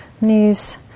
Knees